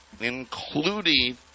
including